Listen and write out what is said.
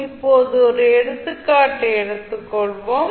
இப்போது ஒரு எடுத்துக்காட்டை எடுத்துக் கொள்வோம்